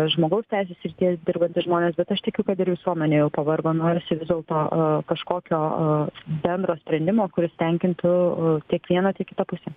žmogaus teisių srityje dirbantys žmonės bet aš tikiu kad ir visuomenė jau pavargo norisi vis dėlto kažkokio bendro sprendimo kuris tenkintų tiek vieną tiek kitą pusę